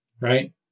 right